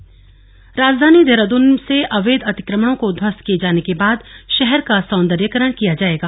अपर मुख्य सचिव राजधानी देहरादून से अवैध अतिक्रमणों को ध्वस्त किये जाने के बाद शहर का सौन्दर्यीकरण किया जायेगा